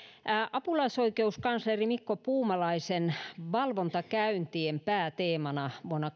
apulaisoikeuskansleri mikko puumalaisen valvontakäyntien pääteemana vuonna